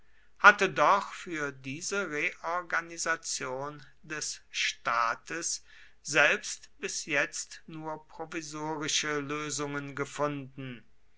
hatte doch für diese reorganisation des staates selbst bis jetzt nur provisorische lösungen gefunden